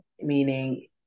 meaning